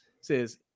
says